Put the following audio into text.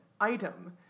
item